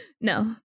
No